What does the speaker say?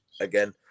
again